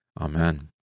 Amen